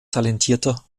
talentierter